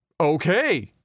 okay